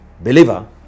believer